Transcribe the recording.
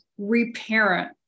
reparent